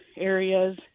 areas